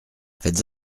faites